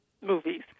movies